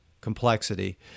complexity